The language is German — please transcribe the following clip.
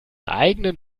eigenen